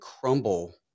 crumble